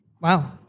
Wow